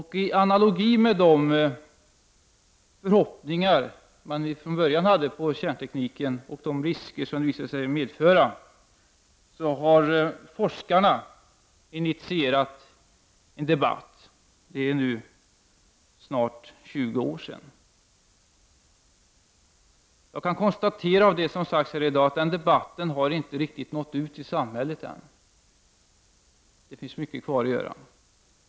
I analogi med de förhoppningar som man från början hade i fråga om kärntekniken och de risker som den visade sig medföra har forskarna initierat en debatt. Det är nu snart 20 år sedan. Med anledning av det som har sagts här i dag kan jag konstatera att denna debatt ännu inte riktigt har nått ut i samhället. Det finns mycket kvar att göra.